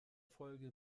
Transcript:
folge